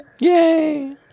Yay